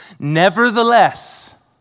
Nevertheless